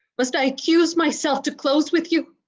must i accuse myself to close with you?